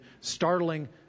startling